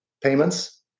payments